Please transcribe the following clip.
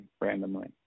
randomly